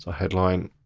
ah headline.